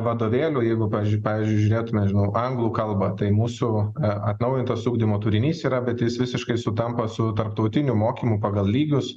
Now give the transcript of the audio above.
vadovėlių jeigu paž pavyzdžiui žiūrėtume žinau anglų kalbą tai mūsų atnaujintas ugdymo turinys yra bet jis visiškai sutampa su tarptautinių mokymų pagal lygius